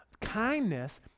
kindness